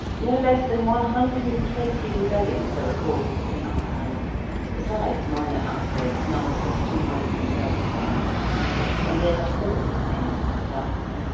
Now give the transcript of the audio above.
no less than one hundred and twenty rebellions are recorded in our annals, besides minor outbreaks numbered at two hundred and thirty-five and they have all ended thus.